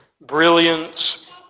brilliance